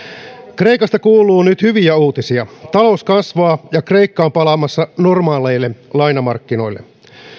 kreikasta kuuluu nyt hyviä uutisia talous kasvaa ja kreikka on palaamassa normaaleille lainamarkkinoille